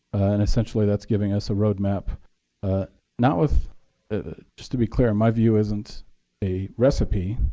and essentially that's giving us a roadmap not with just to be clear, my view isn't a recipe,